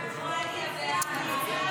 44 בעד, 52 נגד.